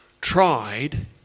tried